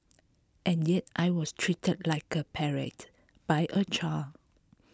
and yet I was treated like a pariah by a child